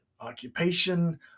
occupation